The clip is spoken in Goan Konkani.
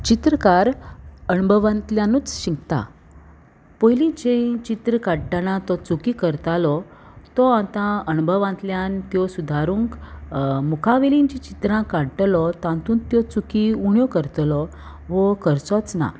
चित्रकार अणभवांतल्यानूच शिकता पयली जें चित्र काडटना तो चुकी करतालो तो आतां अणभवांतल्यान त्यो सुदारूंक मुखा वयलीं जीं चित्रां काडटलो तातूंत त्यो चुकी उण्यो करतलो वो करचोच ना